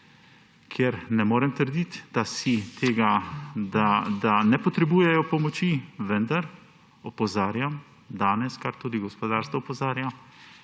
kjer ne morem trditi, da ne potrebujejo pomoči, vendar opozarjam danes, kar tudi gospodarstvo opozarja,